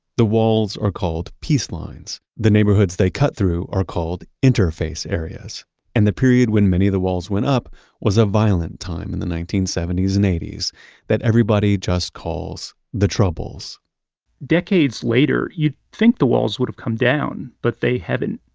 the walls are called peace lines. the neighborhoods they cut through are called interface areas and the period when many of the walls went up was a violent time in the nineteen seventy s and eighty s that everybody just calls, the troubles decades later, you'd think the walls would have come down, but they haven't.